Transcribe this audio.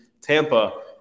Tampa